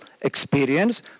experience